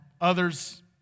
others